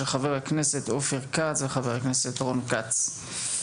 של חברי הכנסת עופר כץ ורון כץ.